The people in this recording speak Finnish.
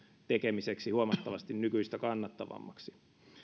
tekemiseksi huomattavasti nykyistä kannattavammaksi